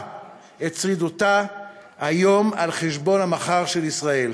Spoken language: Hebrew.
את שרידותה היום על חשבון המחר של ישראל.